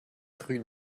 rue